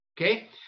okay